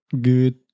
Good